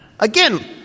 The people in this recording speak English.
Again